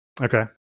Okay